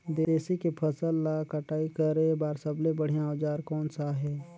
तेसी के फसल ला कटाई करे बार सबले बढ़िया औजार कोन सा हे?